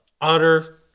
utter